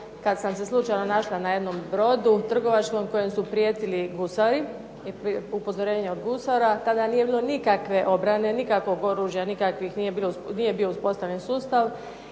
kad sam se slučajno našla na jednom brodu trgovačkom kojem su prijetili gusari i upozorenje od gusara. Tada nije bilo nikakve obrane, nikakvog oružja nikakvi nije bio uspostavljen sustav